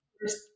first